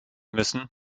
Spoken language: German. müssen